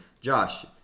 Josh